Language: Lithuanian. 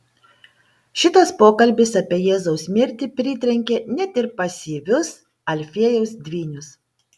šitas pokalbis apie jėzaus mirtį pritrenkė net ir pasyvius alfiejaus dvynius